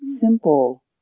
simple